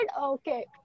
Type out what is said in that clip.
okay